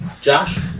Josh